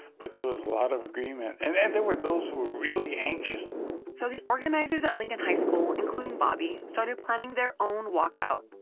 but there was a lot of agreement. and and there were those who were really anxious so the organizers at lincoln high school, including bobby, started planning their own walkout.